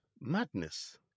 madness